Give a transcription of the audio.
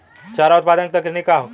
चारा उत्पादन के तकनीक का होखे?